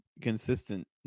consistent